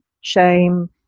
shame